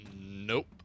Nope